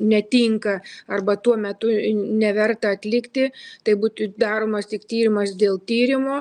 netinka arba tuo metu neverta atlikti tai būtų daromos tik tyrimas dėl tyrimo